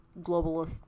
globalist